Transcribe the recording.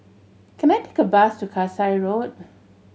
can I take a bus to Kasai Road